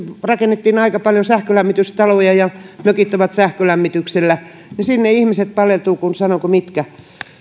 rakennettiin aika paljon sähkölämmitystaloja ja mökit ovat sähkölämmityksellä niin sinne ihmiset paleltuvat kuin sanonko mitkä